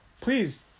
Please